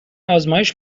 آزمایش